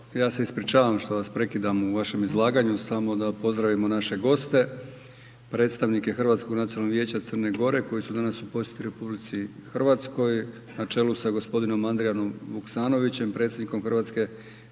ja se ispričavam što vas prekidam u vašem izlaganju samo da pozdravimo naše goste, predstavnike Hrvatskog nacionalnog vijeća Crne Gore koji su danas u posjeti RH na čelu sa gospodinom Adrijanom Vukasnovićem predsjednikom Hrvatske